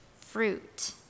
fruit